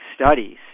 studies